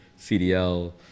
CDL